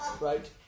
Right